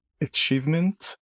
achievement